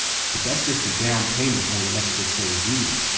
but that's just a down payment on what experts say is needed.